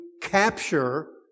capture